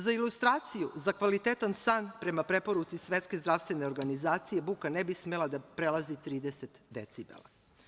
Za ilustraciju, za kvalitetan san, prema preporuci Svetske zdravstvene organizacije, buka ne bi smela da prelazi 30 decibela.